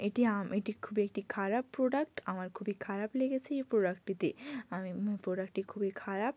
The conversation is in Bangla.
এটি খুব একটি খারাপ প্রোডাক্ট আমার খুবই খারাপ লেগেছে এই প্রোডাক্টটিতে আমি প্রোডাক্টটি খুবই খারাপ